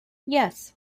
yes